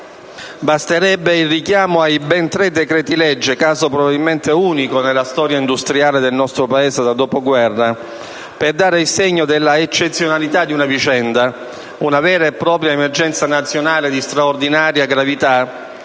Basterebbe il richiamo ai ben tre decreti-legge, caso probabilmente unico nella storia industriale del nostro Paese dal dopoguerra, per dare il segno dell'eccezionalità di una vicenda, una vera e propria emergenza nazionale di straordinaria gravità,